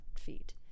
feet